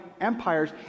empires